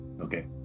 Okay